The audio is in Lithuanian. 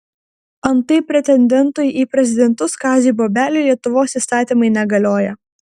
antai pretendentui į prezidentus kaziui bobeliui lietuvos įstatymai negalioja